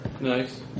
Nice